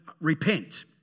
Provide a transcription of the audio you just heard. repent